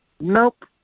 nope